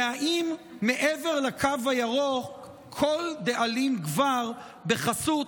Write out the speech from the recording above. והאם מעבר לקו הירוק כל דאלים גבר בחסות